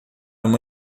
uma